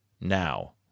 Now